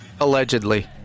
Allegedly